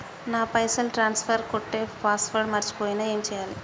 నా పైసల్ ట్రాన్స్ఫర్ కొట్టే పాస్వర్డ్ మర్చిపోయిన ఏం చేయాలి?